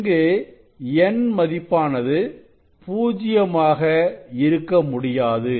இங்கு n மதிப்பானது பூஜ்ஜியமாக இருக்க முடியாது